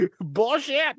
Bullshit